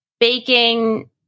Baking